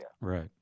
Right